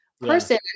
person